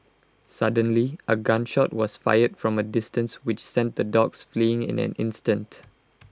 suddenly A gun shot was fired from A distance which sent the dogs fleeing in an instant